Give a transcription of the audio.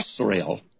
Israel